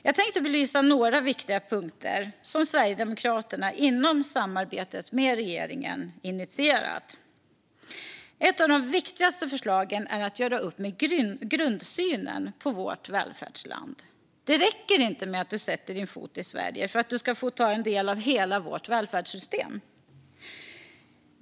Jag tänkte belysa några viktiga punkter som Sverigedemokraterna inom samarbetet med regeringen har initierat. Ett av de viktigaste förslagen är att göra upp med grundsynen på vårt välfärdsland. Det räcker inte med att man sätter sin fot i Sverige för att man ska få ta del av hela vårt välfärdssystem.